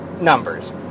numbers